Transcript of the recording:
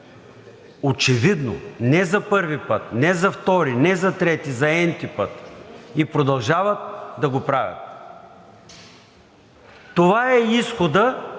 Очевидно не за първи път, не за втори, не за трети, а за n-ти път, и продължават да го правят. Това е изходът